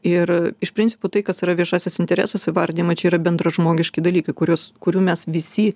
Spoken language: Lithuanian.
ir iš principo tai kas yra viešasis interesas įvardijima čia yra bendražmogiški dalykai kuriuos kurių mes visi